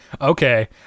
okay